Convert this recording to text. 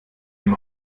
dem